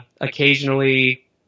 occasionally